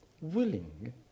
willing